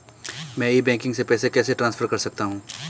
मैं e banking से पैसे कैसे ट्रांसफर कर सकता हूं?